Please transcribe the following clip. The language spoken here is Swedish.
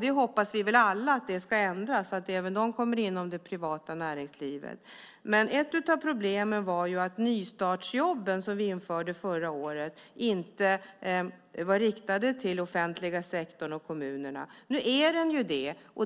Vi hoppas väl alla att det ska ändras så att även de kommer in i det privata näringslivet. Ett av problemen var att nystartsjobben som vi införde förra året inte var riktade till den offentliga sektorn och kommunerna. Nu är de det.